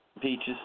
peaches